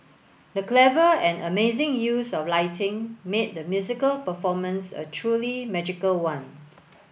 the clever and amazing use of lighting made the musical performance a truly magical one